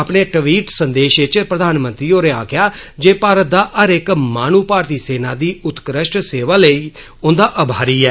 अपने ट्वीट संदेश इच प्रधानमंत्री होरें आक्खेआ जे भारत दा हर इक्क माहनू भारती सेना दी उत्कृष्ट सेना ताईं उंदा अभारी ऐ